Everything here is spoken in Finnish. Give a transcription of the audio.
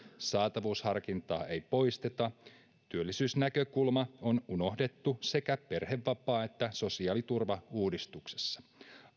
saatavuusharkintaa ei poisteta ja työllisyysnäkökulma on unohdettu sekä perhevapaa että sosiaaliturvauudistuksessa